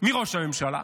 מראש הממשלה,